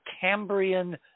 cambrian